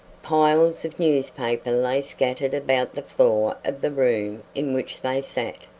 piles of newspapers lay scattered about the floor of the room in which they sat.